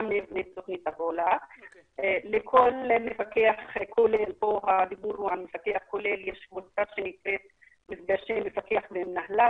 לכל מפקח - יש מפגשי מפקח ומנהליו,